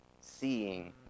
seeing